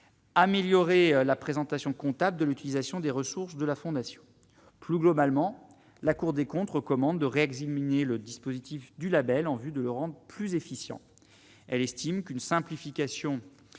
améliorer la présentation comptable de l'utilisation des ressources de la fondation, plus globalement, la Cour des comptes recommande de réexaminer le dispositif du Label en vue de leur en plus efficients, elle estime qu'une simplification